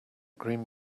green